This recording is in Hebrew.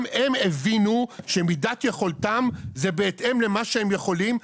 גם הם הבינו שמידת יכולתם היא בהתאם למה שהם יכולים,